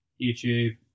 YouTube